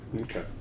Okay